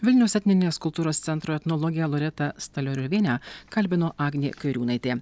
vilniaus etninės kultūros centro etnologę loretą stalioriovienę kalbino agnė kairiūnaitė